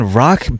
rock